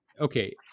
Okay